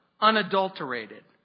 unadulterated